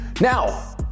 Now